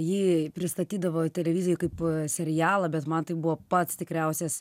jį pristatydavo televizijoj kaip serialą bet man tai buvo pats tikriausias